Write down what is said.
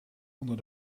onder